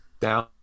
down